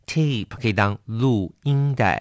Tape可以当录音带